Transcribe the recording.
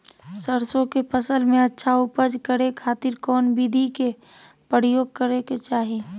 सरसों के फसल में अच्छा उपज करे खातिर कौन विधि के प्रयोग करे के चाही?